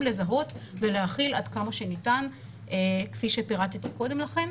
לזהות ולהכיל עד כמה שניתן כפי שפירטתי קודם לכן.